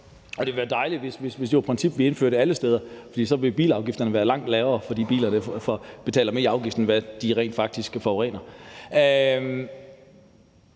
det ville være dejligt, hvis det var et princip, vi indførte alle steder, for så ville bilafgifterne være langt lavere for de biler, der pålægges en højere afgift, end hvad de rent faktisk forurener